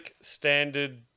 standard